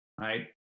Right